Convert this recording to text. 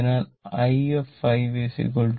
അതിനാൽ i 2